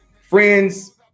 friends